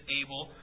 able